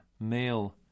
male